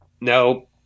No